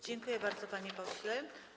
Dziękuję bardzo, panie pośle.